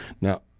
Now